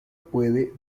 puede